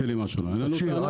לא, אין לנו טענות כאלה.